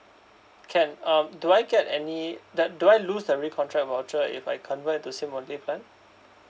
can um do I get any that do I do I lose the recontract voucher if I convert into SIM only plan